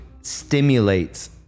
stimulates